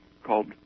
called